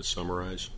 summarize